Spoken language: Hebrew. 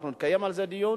אנחנו נקיים על זה דיון.